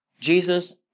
Jesus